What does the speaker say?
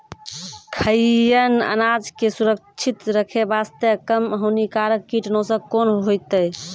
खैहियन अनाज के सुरक्षित रखे बास्ते, कम हानिकर कीटनासक कोंन होइतै?